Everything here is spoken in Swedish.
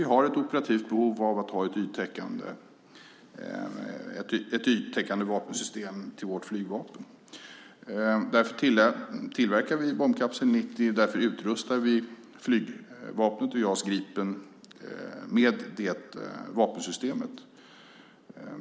Vi har ett operativt behov av att ha ett yttäckande vapensystem till vårt flygvapen. Därför tillverkar vi Bombkapsel 90 och därför utrustar vi flygvapnet och JAS Gripen med det vapensystemet.